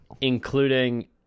Including